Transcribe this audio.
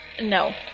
No